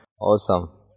awesome